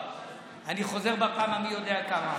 אני חוזר בפעם המי יודע כמה.